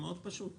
פשוט מאוד: